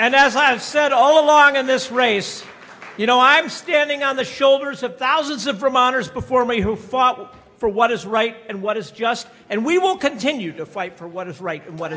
and as i've said all along in this race you know i'm standing on the shoulders of thousands of vermonters before me who fought for what is right and what is just and we will continue to fight for what is right what